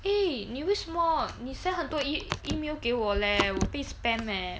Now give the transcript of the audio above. eh 你为什么你 sent 很多 email 给我 leh 我被 spam eh